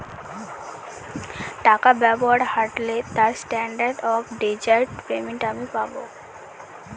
টাকা ব্যবহার হারলে তার স্ট্যান্ডার্ড অফ ডেজার্ট পেমেন্ট আমি পাব